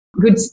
good